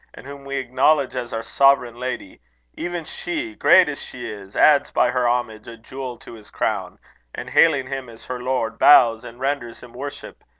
and whom we acknowledge as our sovereign lady even she, great as she is, adds by her homage a jewel to his crown and, hailing him as her lord, bows and renders him worship!